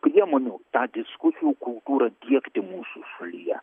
priemonių tą diskusijų kultūrą diegti mūsų šalyje